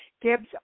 Gibbs